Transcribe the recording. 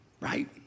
right